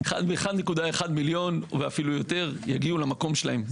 1.1 מיליון ואפילו יותר יגיעו למקום שלהם.